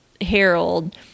Harold